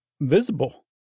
visible